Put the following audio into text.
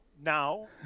now